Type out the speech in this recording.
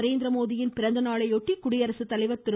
நரேந்திரமோடியின் பிறந்தநாளையொட்டி குடியரசுத்தலைவர் திரு